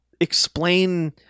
explain